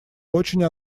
очень